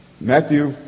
Matthew